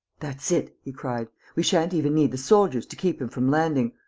that's it! he cried. we shan't even need the soldiers to keep him from landing.